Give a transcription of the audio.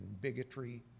bigotry